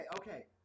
okay